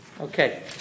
Okay